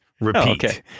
repeat